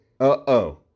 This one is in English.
Uh-oh